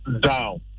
down